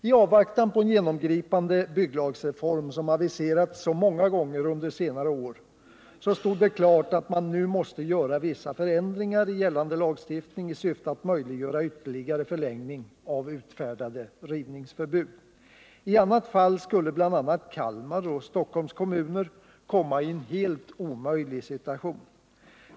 I avvaktan på den genomgripande bygglagsreform, som aviserats så många gånger under senare år, stod det klart att man nu måste göra vissa förändringar i gällande lagstiftning i syfte att möjliggöra ytterligare förlängning av utfärdade rivningsförbud. I annat fall skulle bl.a. Kalmar och Stockholms kommuner komma i en helt omöjlig situation.